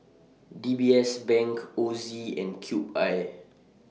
D B S Bank Ozi and Cube I